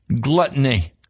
gluttony